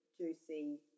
juicy